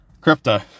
crypto